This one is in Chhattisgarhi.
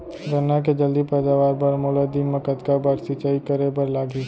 गन्ना के जलदी पैदावार बर, मोला दिन मा कतका बार सिंचाई करे बर लागही?